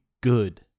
good